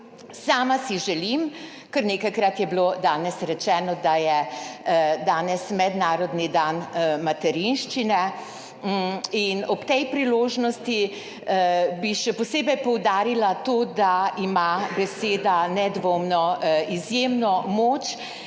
Sama si želim, kar nekajkrat je bilo danes rečeno, da je danes mednarodni dan materinščine in ob tej priložnosti bi še posebej poudarila to, da ima beseda nedvomno izjemno moč